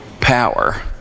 power